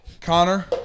Connor